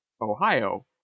Ohio